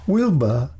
Wilbur